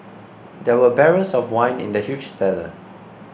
there were barrels of wine in the huge cellar